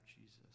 Jesus